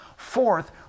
Fourth